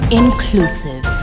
inclusive